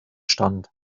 stand